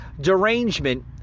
derangement